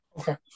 Okay